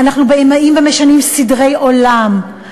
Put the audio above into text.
אנחנו באים ומשנים סדרי עולם,